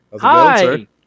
Hi